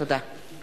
תודה.